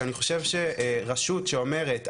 שאני חושב שרשות שאומרת,